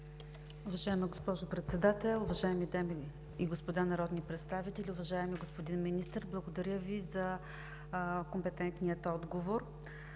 Уважаема госпожо Председател, уважаеми дами и господа народни представители! Уважаеми господин Министър, благодаря Ви за компетентния отговор.